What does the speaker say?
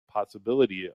possibility